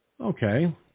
Okay